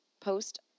post